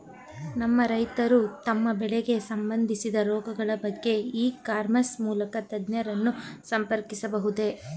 ನಮ್ಮ ರೈತರು ತಮ್ಮ ಬೆಳೆಗೆ ಸಂಬಂದಿಸಿದ ರೋಗಗಳ ಬಗೆಗೆ ಇ ಕಾಮರ್ಸ್ ಮೂಲಕ ತಜ್ಞರನ್ನು ಸಂಪರ್ಕಿಸಬಹುದೇ?